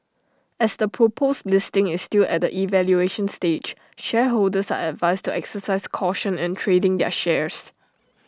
as the proposed listing is still at evaluation stage shareholders are advised to exercise caution in trading their shares